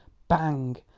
bang!